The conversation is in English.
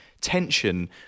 tension